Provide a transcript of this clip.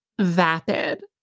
vapid